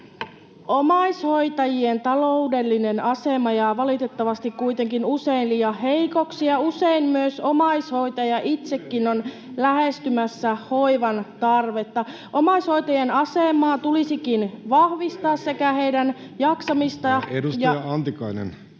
Omaishoitajien taloudellinen asema jää valitettavasti kuitenkin usein liian heikoksi, ja usein myös omaishoitaja itsekin on lähestymässä hoivan tarvetta. Omaishoitajien asemaa tulisikin vahvistaa, sekä heidän jaksamistaan ja...